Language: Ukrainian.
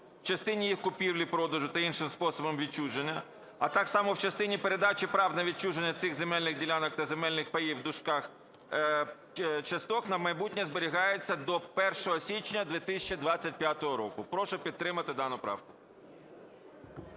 частині їх купівлі-продажу та іншим способом відчуження, а так само в частині передачі прав на відчуження цих земельних ділянок та земельних паїв (часток) на майбутнє зберігається до 01 січня 2025 року". Прошу підтримати дану правку.